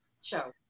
Show